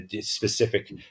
specific